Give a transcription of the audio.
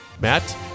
Matt